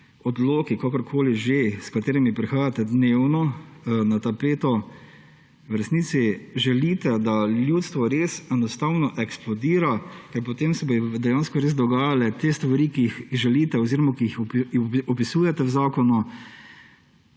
oziroma tudi odloki, s katerimi prihajate dnevno na tapeto, v resnici želite, da ljudstvo res enostavno eksplodira, da potem se bodo dejansko res dogajale te stvari, ki jih želite oziroma ki jih opisujete v zakonu.